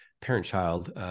parent-child